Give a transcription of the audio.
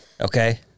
Okay